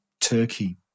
turkey